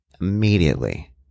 Immediately